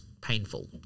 painful